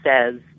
says